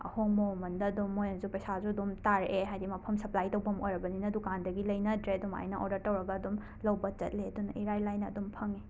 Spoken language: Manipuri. ꯑꯍꯣꯡꯕ ꯃꯃꯜꯗ ꯑꯗꯨꯝ ꯃꯣꯏꯅꯁꯨ ꯄꯩꯁꯥꯁꯨ ꯑꯗꯨꯝ ꯇꯥꯔꯛꯑꯦ ꯍꯥꯏꯗꯤ ꯃꯐꯝ ꯁꯞꯄ꯭ꯂꯥꯏ ꯇꯧꯐꯝ ꯑꯣꯏꯔꯕꯅꯤꯅ ꯗꯨꯀꯥꯟꯗꯒꯤ ꯂꯩꯅꯗ꯭ꯔꯦ ꯑꯗꯨꯃꯥꯏꯅ ꯑꯣꯔꯗꯔ ꯇꯧꯔꯒ ꯑꯗꯨꯝ ꯂꯧꯕ ꯆꯠꯂꯦ ꯑꯗꯨꯅ ꯏꯔꯥꯏꯂꯥꯏꯅ ꯑꯗꯨꯝ ꯐꯪꯂ